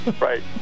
Right